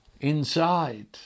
inside